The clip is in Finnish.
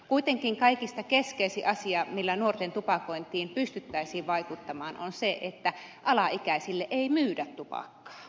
kuitenkin kaikista keskeisin asia millä nuorten tupakointiin pystyttäisiin vaikuttamaan on se että alaikäisille ei myydä tupakkaa